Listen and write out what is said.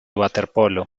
waterpolo